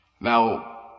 now